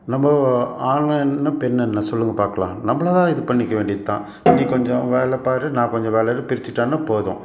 நம்ம ஆண் என்ன பெண் என்ன சொல்லுங்க பார்க்கலாம் நம்மளாதான் இது பண்ணிக்க வேண்டியதுதான் நீ கொஞ்சம் வேலை பார் நான் கொஞ்சம் வேலையில பிரிச்சிட்டன்னா போதும்